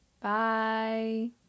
Bye